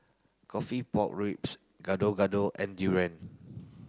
coffee pork ribs Gado Gado and durian